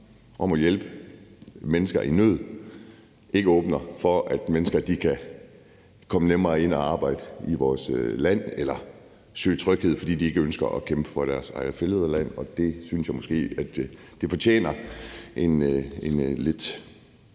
om at hjælpe mennesker i nød, ikke at vi åbner for, at mennesker kan komme nemmere ind at arbejde i vores land eller søge tryghed, fordi de ikke ønsker at kæmpe for deres eget fædreland. Det synes jeg måske fortjener en lidt